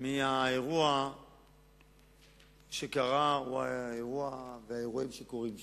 מהאירוע שקרה והאירועים שקורים שם.